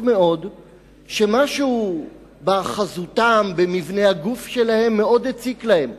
מאוד שמשהו בחזותן או במבנה גופן מאוד הציק להן.